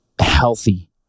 healthy